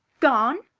gone?